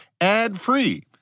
ad-free